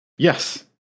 yes